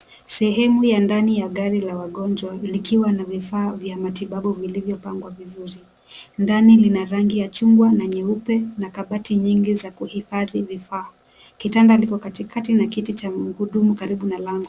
Sehemu ya ndani ya gari la wagonwa likiwa na vifaa vya matibabu vilivyopangwa vizuri, ndani lina rangi ya chungwa na nyeupe na kabati nyingi za kuhifadhi vifaa, kitanda liko katikati na kiti cha magurudumu karibu na lango.